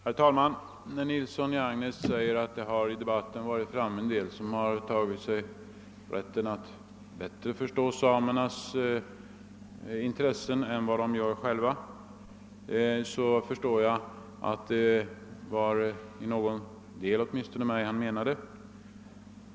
Herr talman! Herr Nilsson i Agnäs sade att det i debatten deltagit en del som tagit sig rätten att bättre förstå samernas intressen än samerna själva. Jag förstår att det åtminstone delvis var mig han menade.